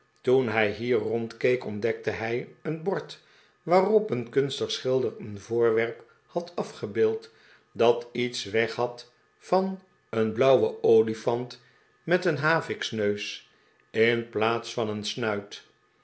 toen hij hier rondkeek ontdekte hij een bord waarop een kunstig schilder een voorwerp had afgebeeld dat iets weg had van een blauwen olifant met een haviksneus in plaats van een snuit